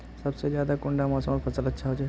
सबसे ज्यादा कुंडा मोसमोत फसल अच्छा होचे?